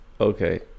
Okay